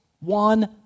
one